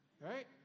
right